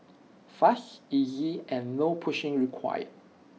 fast easy and no pushing required